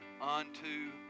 unto